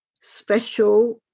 special